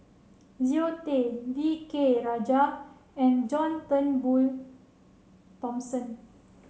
Zero Tay V K Rajah and John Turnbull Thomson